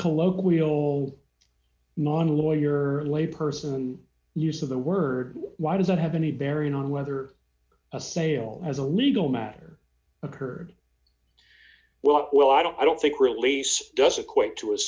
colloquial non lawyer lay person use of the word why does that have any bearing on whether a sale as a legal matter occurred well i don't i don't think release does equate to